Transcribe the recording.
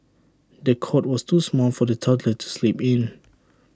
the cot was too small for the toddler to sleep in